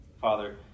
Father